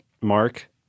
mark